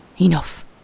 Enough